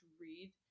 read